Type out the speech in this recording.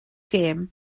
gem